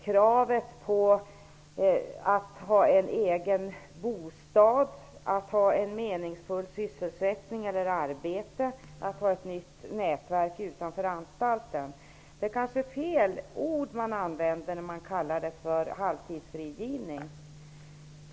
Vidare har vi kraven på en egen bostad, på meningsfull sysselsättning eller arbete och på ett nytt nätverk utanför anstalten. Halvtidsfrigivning är kanske fel ord.